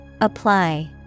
Apply